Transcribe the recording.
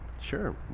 Sure